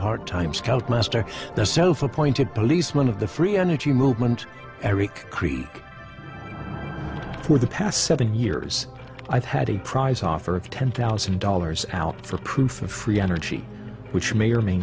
part time scoutmaster the self appointed policeman of the free energy movement eric creek for the past seven years i've had a prize offer of ten thousand dollars out for proof of free energy which may or may